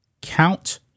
Count